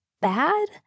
bad